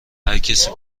هرکسی